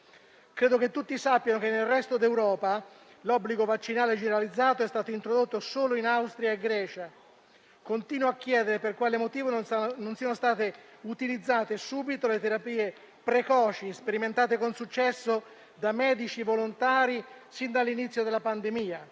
Credo che tutti sappiano che nel resto d'Europa l'obbligo vaccinale generalizzato è stato introdotto solo in Austria e Grecia. Continuo a chiedere per quale motivo non siano state utilizzate subito le terapie precoci, sperimentate con successo da medici volontari sin dall'inizio della pandemia.